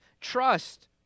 trust